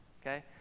Okay